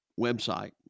website